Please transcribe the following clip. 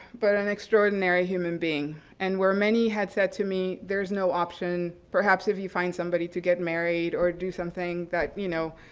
but an extraordinary human being. and where many had said to me, there's no option, perhaps if you find somebody to get married, or do something that, you know,